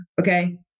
okay